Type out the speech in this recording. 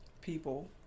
people